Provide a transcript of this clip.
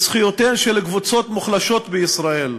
את זכויותיהן של קבוצות מוחלשות בישראל,